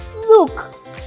Look